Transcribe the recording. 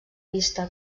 vista